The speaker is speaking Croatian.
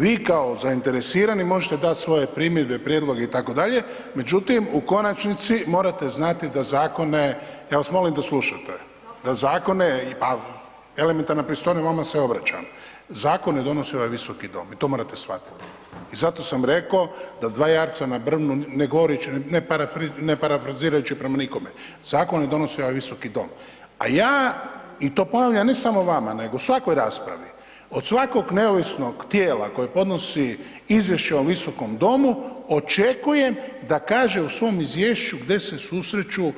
Vi kao zainteresirani možete dati svoje primjedbe i prijedloge itd., međutim, u konačnici morate znati da zakone, ja vas molim da slušate, da zakone, pa elementarna pristojnost i vama se obraćam, zakone donosi ovaj Visoki dom i to morate shvatiti i zato sam rekao da dva jarca na brnu, ne govoreći, ne parafrazirajući prema nikome, zakone donosi ovaj Visoki dom, a ja i to … [[Govornik se ne razumije]] ne samo vama, nego i u svakoj raspravi, od svakog neovisnog tijela koje podnosi izvješće o Visokom domu očekujem da kaže u svom izvješću gdje se susreću